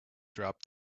dropped